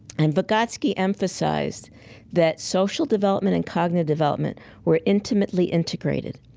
and vygotsky emphasized that social development and cognitive development were intimately integrated,